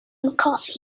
mccarthy